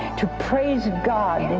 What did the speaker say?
to praise god